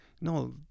no